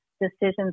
decisions